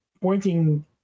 pointing